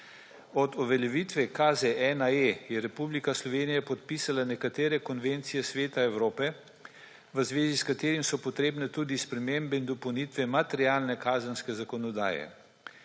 Od uveljavitve KZ-1E je Republika Slovenija podpisala nekatere konvencije Sveta Evrope, v zvezi s katerimi so potrebne tudi spremembe in dopolnitve materialne kazenske zakonodaje.